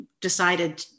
decided